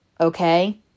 Okay